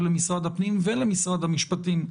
למשרד הפנים ולמשרד המשפטים,